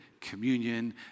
communion